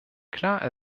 klar